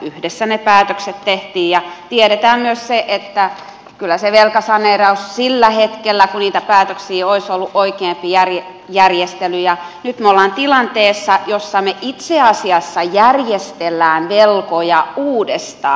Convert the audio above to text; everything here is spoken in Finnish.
yhdessä ne päätökset tehtiin ja tiedetään myös se että kyllä se velkasaneeraus sillä hetkellä kun niitä päätöksiä tehtiin olisi ollut oikeampi järjestely ja nyt me olemme tilanteessa jossa me itse asiassa järjestelemme velkoja uudestaan